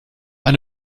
eine